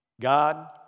God